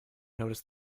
notice